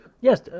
Yes